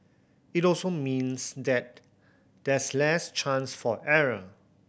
it also means that there's less chance for error